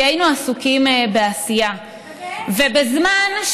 כי היינו עסוקים בעשייה, באמת?